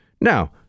Now